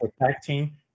protecting